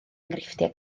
enghreifftiau